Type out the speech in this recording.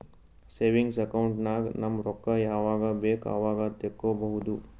savings account ನಾಗ್ ನಮ್ ರೊಕ್ಕಾ ಯಾವಾಗ ಬೇಕ್ ಅವಾಗ ತೆಕ್ಕೋಬಹುದು